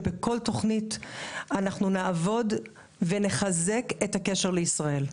שבתוך כל תוכנית אנחנו נעבוד ונחזק את הקשר לישראל,